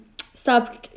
stop